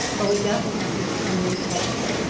but we definitely have people coming in to help us.